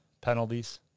penalties